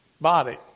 body